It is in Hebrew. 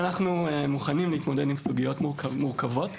אנחנו מוכנים להתמודד עם סוגיות מורכבות.